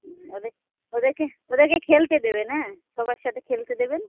হুম ওদের ওদেরকে ওদেরকে খেলতে দেবেন হ্যাঁ সবার সাথে খেলতে দেবেন